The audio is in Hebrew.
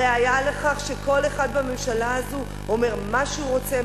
הראיה לכך היא שכל אחד בממשלה הזו אומר מה שהוא רוצה,